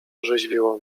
orzeźwiło